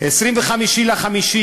25 במאי,